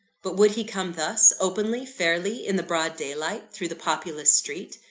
but would he come thus? openly, fairly, in the broad daylight, through the populous street?